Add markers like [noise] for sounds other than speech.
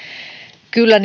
kyllä [unintelligible]